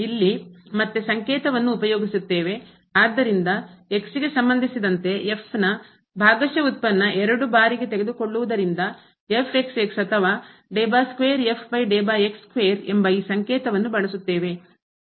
ಇಲ್ಲಿ ಮತ್ತೆ ಸಂಕೇತವನ್ನು ಉಪಯೋಗಿಸುತ್ತೇವೆ ಆದ್ದರಿಂದ ಗೆ ಸಂಬಂಧಿಸಿದಂತೆ ನ ಭಾಗಶಃ ಉತ್ಪನ್ನ ಎರಡು ಬಾರಿಗ ತೆಗೆದುಕೊಳ್ಳುವುದರಿಂದ ಅಥವಾ ಎಂಬ ಈ ಸಂಕೇತವನ್ನ ಬಳಸುತ್ತೇವೆ